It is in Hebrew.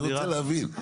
אני רוצה להבין.